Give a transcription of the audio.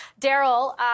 Daryl